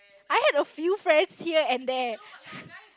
I had a few friends here and there